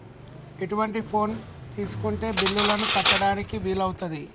ఎటువంటి ఫోన్ తీసుకుంటే బిల్లులను కట్టడానికి వీలవుతది?